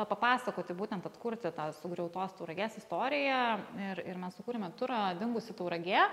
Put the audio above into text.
papasakoti būtent atkurti tą sugriautos tauragės istoriją ir ir mes sukūrėme turą dingusi tauragė